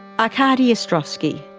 arkady ostrovsky,